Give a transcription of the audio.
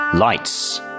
Lights